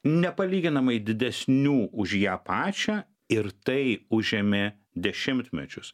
nepalyginamai didesnių už ją pačią ir tai užėmė dešimtmečius